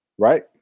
Right